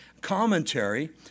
commentary